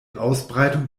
ausbreitung